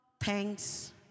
thanks